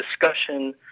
discussion